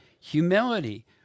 humility